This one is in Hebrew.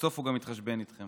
בסוף הוא גם יתחשבן איתכם.